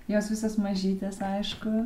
jos visos mažytės aišku